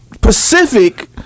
Pacific